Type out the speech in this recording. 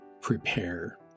Prepare